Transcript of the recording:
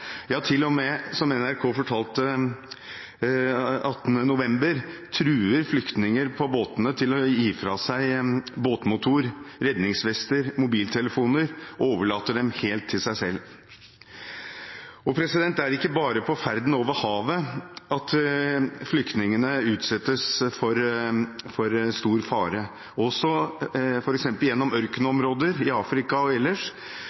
NRK fortalte 18. november at de til og med truer flyktninger på båtene til å gi fra seg båtmotor, redningsvester og mobiltelefoner og overlater dem helt til seg selv. Men det er ikke bare på ferden over havet flyktningene utsettes for stor fare. Også gjennom f.eks. ørkenområder i Afrika blir de utsatt for mishandling, overgrep og